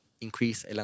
increase